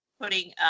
putting